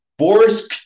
Boris